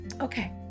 Okay